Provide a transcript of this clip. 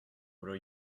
are